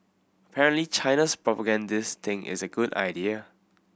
China's propagandist think it's a good idea